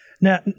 Now